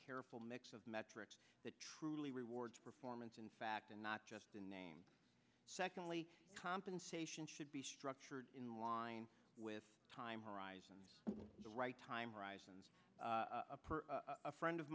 careful mix of metrics that truly rewards performance in fact and not just in name secondly compensation should be structured in line with time horizon the right time horizons approach a friend of